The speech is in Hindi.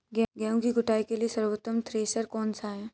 गेहूँ की कुटाई के लिए सर्वोत्तम थ्रेसर कौनसा है?